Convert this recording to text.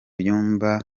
byumba